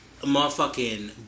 motherfucking